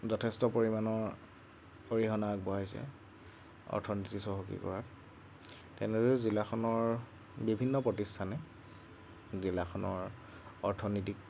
যথেষ্ট পৰিমাণৰ অৰিহণা আগবঢ়াইছে অৰ্থনীতি চহকী কৰাত তেনেদৰে জিলাখনৰ বিভিন্ন প্ৰতিষ্ঠানে জিলাখনৰ অৰ্থনীতিক